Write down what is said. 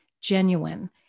genuine